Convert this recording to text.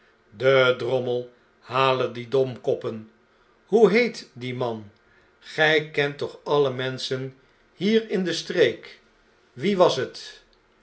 de drommel hale die domkoppen hoe heet die man gij kent toch alle menschen hier in de streek wie was het